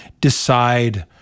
decide